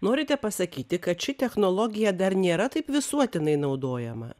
norite pasakyti kad ši technologija dar nėra taip visuotinai naudojama